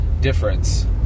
difference